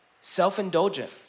self-indulgent